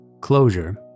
closure